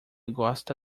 gosta